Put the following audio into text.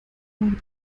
man